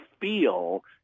feel